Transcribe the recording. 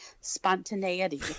Spontaneity